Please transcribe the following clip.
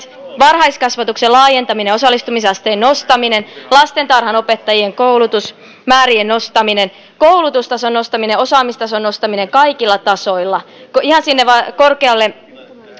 varhaiskasvatuksen laajentamiseen ja osallistumisasteen nostamiseen lastentarhanopettajien koulutusmäärien nostamiseen koulutustason nostamiseen osaamistason nostamiseen kaikilla tasoilla ihan sinne